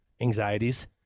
anxieties